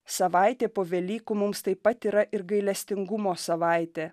savaitė po velykų mums taip pat yra ir gailestingumo savaitė